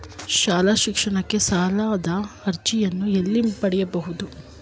ಶಾಲಾ ಶಿಕ್ಷಣಕ್ಕೆ ಸಾಲದ ಅರ್ಜಿಯನ್ನು ಎಲ್ಲಿ ಪಡೆಯಬಹುದು?